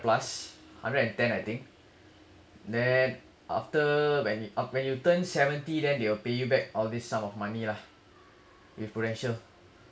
plus hundred and ten I think that after when you oh when you turn seventy then they will pay you back all this sum of money lah with prudential